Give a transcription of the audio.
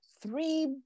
three